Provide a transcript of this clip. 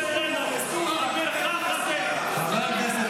המליאה.) חבר הכנסת